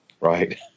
Right